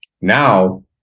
Now